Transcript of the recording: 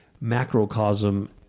macrocosm